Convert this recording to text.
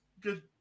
Good